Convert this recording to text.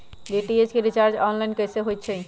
DTH के recharge online कैसे होईछई?